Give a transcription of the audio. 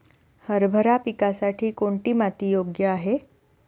हरभरा पिकासाठी कोणती माती योग्य आहे?